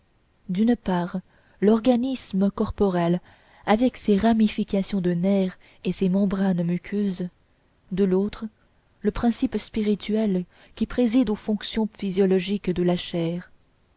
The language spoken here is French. d'une part l'organisme corporel avec ses ramifications de nerfs et ses membranes muqueuses de l'autre le principe spirituel qui préside aux fonctions physiologiques de la chair